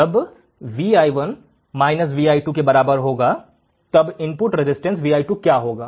जब Vi1 Vi2 के बराबर होगा तब इनपुट रेजिस्टेंस Vi2 क्या होगा